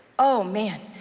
oh man,